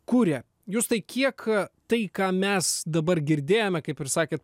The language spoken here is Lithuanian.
kuria justai kiek tai ką mes dabar girdėjome kaip ir sakėt